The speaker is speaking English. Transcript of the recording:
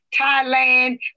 Thailand